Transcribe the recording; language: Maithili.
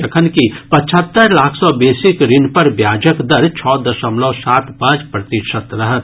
जखन कि पचहत्तरि लाख सँ बेसीक ऋण पर ब्याजक दर छओ दशमलव सात पांच प्रतिशत रहत